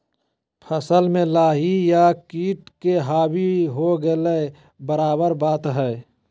फसल में लाही या किट के हावी हो गेला बराबर बात हइ